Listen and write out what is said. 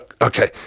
okay